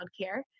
childcare